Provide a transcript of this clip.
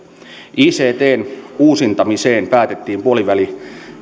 ictn uusintamiseen päätettiin